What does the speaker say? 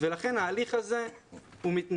ולכן ההליך הזה מתנהל.